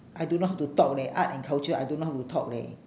I don't know how to talk leh art and culture I don't know how to talk leh